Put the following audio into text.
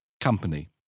Company